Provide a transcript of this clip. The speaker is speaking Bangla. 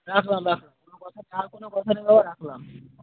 রাখলাম রাখো কোনো কথা নেই আর কোনো কথা নেই বাবা রাখলাম